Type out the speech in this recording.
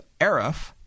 Arif